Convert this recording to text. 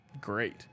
great